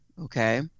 okay